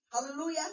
Hallelujah